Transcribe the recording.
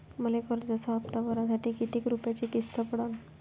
मले कर्जाचा हप्ता भरासाठी किती रूपयाची किस्त पडन?